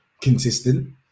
consistent